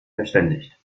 verständigt